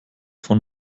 von